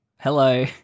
Hello